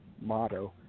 motto